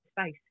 space